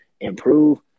improve